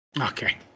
Okay